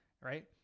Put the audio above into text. Right